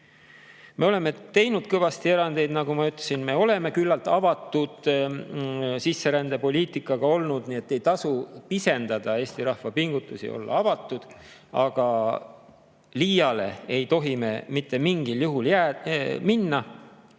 Me oleme teinud kõvasti erandeid, nagu ma ütlesin, me oleme olnud küllaltki avatud sisserändepoliitikaga. Nii et ei tasu pisendada Eesti rahva pingutusi olla avatud. Aga liiale ei tohi mitte mingil juhul minna,